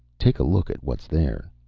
take a look at what's there.